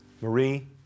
Marie